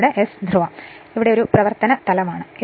ഇവയാണ് ഇതാണ് S ധ്രുവം അത് ഒരു പ്രവർത്തനതലം ആണ്